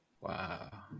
Wow